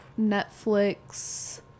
Netflix